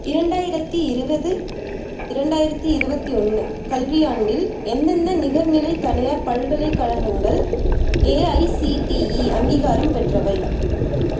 இரண்டாயிரத்து இருபது இரண்டாயிரத்து இருபத்தி ஒன்று கல்வியாண்டில் எந்தெந்த நிகர்நிலை தனியார் பல்கலைக்கழகங்கள் ஏஐசிடிஇ அங்கீகாரம் பெற்றவை